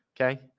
Okay